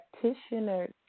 practitioner